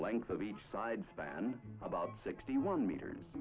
length of each side span about sixty one meters